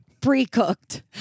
Pre-cooked